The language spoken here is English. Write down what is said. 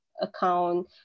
account